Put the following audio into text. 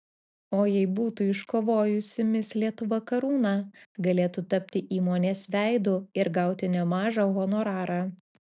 o jei būtų iškovojusi mis lietuva karūną galėtų tapti įmonės veidu ir gauti nemažą honorarą